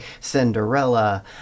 Cinderella